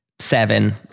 Seven